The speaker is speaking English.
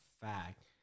fact